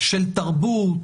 של תרבות,